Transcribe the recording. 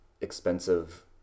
expensive